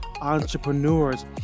entrepreneurs